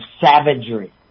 savagery